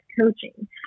coaching